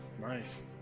nice